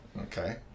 Okay